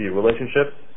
relationships